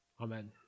Amen